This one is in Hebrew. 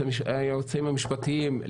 היועצים המשפטיים,